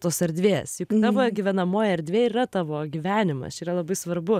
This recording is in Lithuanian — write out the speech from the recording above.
tos erdvės tavo gyvenamoji erdvė ir yra tavo gyvenimas čia yra labai svarbu